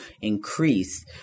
increase